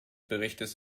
berichtes